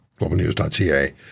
globalnews.ca